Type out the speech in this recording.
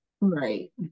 Right